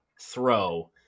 throw